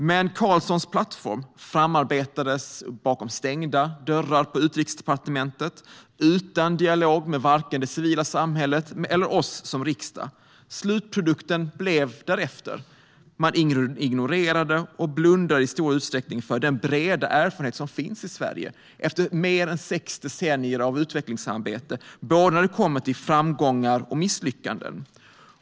Men Carlssons plattform framarbetades bakom stängda dörrar på Utrikesdepartementet utan dialog med vare sig det civila samhället eller oss i riksdagen. Slutprodukten blev därefter. Man ignorerade och blundade i stor utsträckning för den breda erfarenhet som finns i Sverige efter mer än sex decennier av utvecklingssamarbete när det gäller både framgångar och misslyckanden.